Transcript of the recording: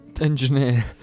Engineer